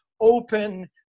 open